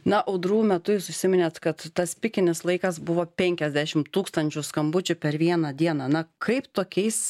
na audrų metu jūs užsiminėt kad tas pikinis laikas buvo penkiasdešim tūkstančių skambučių per vieną dieną na kaip tokiais